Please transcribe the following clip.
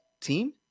team